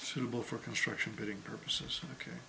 suitable for construction building purposes ok